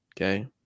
Okay